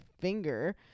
finger